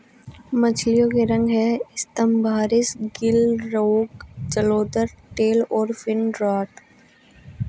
मछलियों के रोग हैं स्तम्भारिस, गिल रोग, जलोदर, टेल और फिन रॉट